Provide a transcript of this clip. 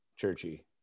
Churchy